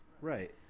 Right